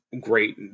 great